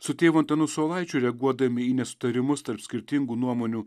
su tėvu antanu saulaičiu reaguodami į nesutarimus tarp skirtingų nuomonių